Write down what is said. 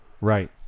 right